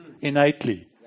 innately